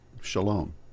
shalom